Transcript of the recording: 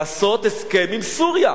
לעשות הסכם עם סוריה.